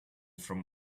from